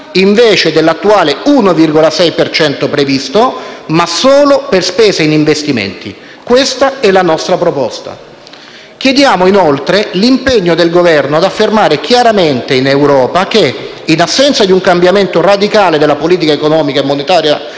invece dell'attuale 1,6 per cento previsto, ma solo per spese in investimenti. Questa è la nostra proposta. Chiediamo, inoltre, l'impegno del Governo ad affermare chiaramente in Europa che, in assenza di un cambiamento radicale della politica economica e monetaria